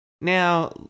Now